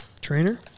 Trainer